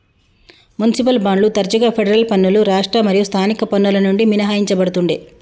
municipal బాండ్లు తరచుగా federal పన్నులు రాష్ట్ర మరియు స్థానిక పన్నుల నుండి మినహాయించబడతుండే